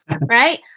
right